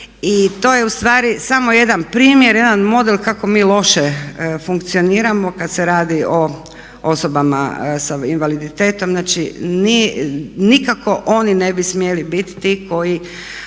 I to je ustvari samo jedan primjer, jedan model kako mi loše funkcioniramo kada se radi o osobama sa invaliditetom. Znači nikako oni ne bi smjeli biti ti koje